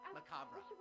Macabre